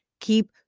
Keep